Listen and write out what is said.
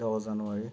দহ জানুৱাৰী